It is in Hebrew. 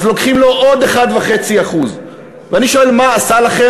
אז לוקחים לו עוד 1.5%. אני שואל: מה עשה לכם